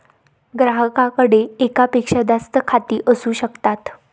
ग्राहकाकडे एकापेक्षा जास्त खाती असू शकतात